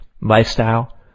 lifestyle